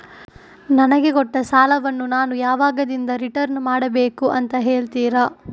ನನಗೆ ಕೊಟ್ಟ ಸಾಲವನ್ನು ನಾನು ಯಾವಾಗದಿಂದ ರಿಟರ್ನ್ ಮಾಡಬೇಕು ಅಂತ ಹೇಳ್ತೀರಾ?